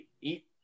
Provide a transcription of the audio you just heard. eat